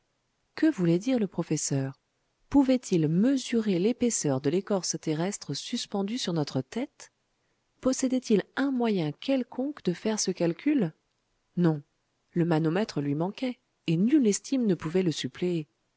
que voulait dire le professeur pouvait-il mesurer l'épaisseur de l'écorce terrestre suspendue sur notre tête possédait-il un moyen quelconque de faire ce calcul non le manomètre lui manquait et nulle estime ne pouvait le suppléer